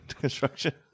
construction